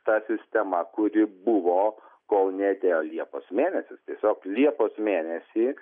ta sistema kuri buvo kol neatėjo liepos mėnesis tiesiog liepos mėnesį